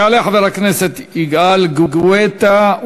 יעלה חבר הכנסת יגאל גואטה,